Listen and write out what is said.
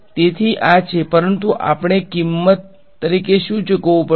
તેથી આ છે પરંતુ આપણે કિંમત તરીકે શું ચૂકવવું પડશે